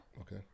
Okay